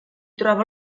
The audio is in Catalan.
troba